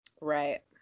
Right